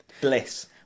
Bliss